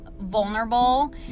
vulnerable